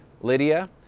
Lydia